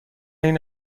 این